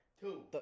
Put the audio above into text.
two